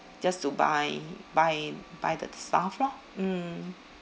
just to buy buy buy the stuff lor mm